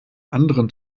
anderen